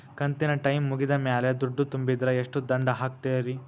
ಕಂತಿನ ಟೈಮ್ ಮುಗಿದ ಮ್ಯಾಲ್ ದುಡ್ಡು ತುಂಬಿದ್ರ, ಎಷ್ಟ ದಂಡ ಹಾಕ್ತೇರಿ?